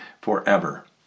forever